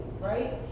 right